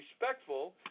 respectful